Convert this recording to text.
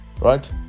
Right